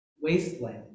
Wasteland